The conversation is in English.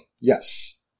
Yes